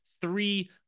three